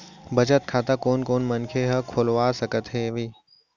बचत खाता कोन कोन मनखे ह खोलवा सकत हवे?